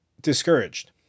discouraged